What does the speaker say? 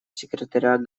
секретаря